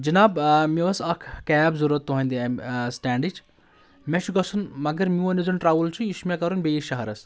جِناب مےٚ ٲس اکھ کَیب ضوٚرَتھ تُہنٛدِ امہِ سٹینٛڈٕچ مےٚ چھُ گژھُن مگر مِیون یُس زَن ٹرٛوٕل چھُ یہِ چھُ مےٚ کَرُن بیٚیِس شہرَس